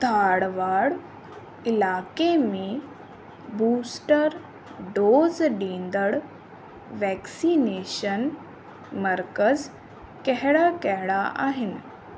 धारवाड़ इलाइक़े में booster dose ॾींदड़ु वैक्सीनेशन मर्कज़ कहिड़ा कहिड़ा आहिनि